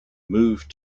moved